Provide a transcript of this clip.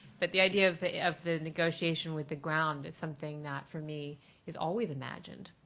but the idea of the negotiation with the ground is something that for me is always imagined.